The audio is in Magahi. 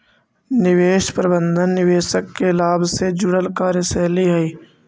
निवेश प्रबंधन निवेशक के लाभ से जुड़ल कार्यशैली हइ